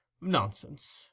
nonsense